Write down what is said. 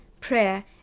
prayer